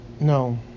No